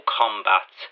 combat